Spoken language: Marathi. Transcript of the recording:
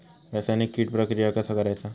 रासायनिक कीड प्रक्रिया कसा करायचा?